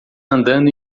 andando